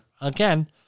Again